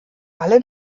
alle